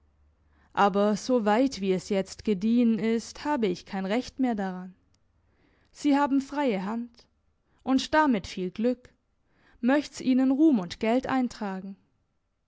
aber so weit wie es jetzt gediehen ist hab ich kein recht mehr daran sie haben freie hand und damit viel glück möcht's ihnen ruhm und geld eintragen